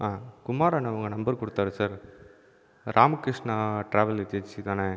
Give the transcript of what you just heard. குமார் அண்ணா உங்கள் நம்பர் கொடுத்தார் சார் எராம்கிருஷ்ணா ட்ராவெல் ஏஜென்சி தானே